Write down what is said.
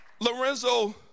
Lorenzo